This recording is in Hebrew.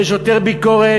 יש יותר ביקורת.